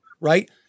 right